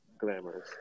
glamorous